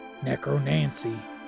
Necronancy